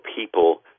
people